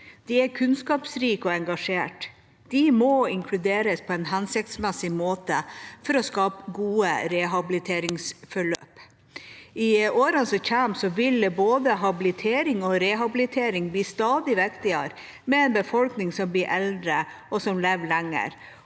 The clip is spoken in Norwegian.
De er kunnskapsrike og engasjerte. De må inkluderes på en hensiktsmessig måte for å skape gode rehabiliteringsforløp. I årene som kommer, vil både habilitering og rehabilitering bli stadig viktigere, med en befolkning som blir eldre, og som lever lenger.